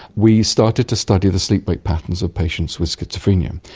we started to study the sleep-wake patterns of patients with schizophrenia.